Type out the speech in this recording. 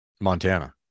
montana